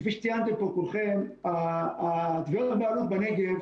כפי שציינתם פה כולכם, תביעות הבעלות בנגב